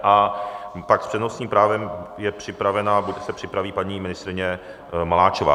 A pak s přednostním právem je připravena nebo se připraví paní ministryně Maláčová.